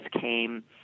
came